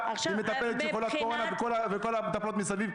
שמטפלת והיא חולת קורונה וכל המטפלות מסביב,